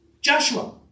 Joshua